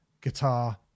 guitar